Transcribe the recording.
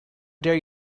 dare